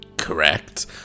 Correct